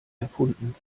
erfunden